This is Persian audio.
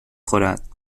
خورد